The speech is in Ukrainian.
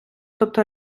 тобто